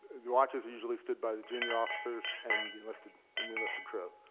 the watches usually stood by the junior officers and the enlisted and the enlisted crew.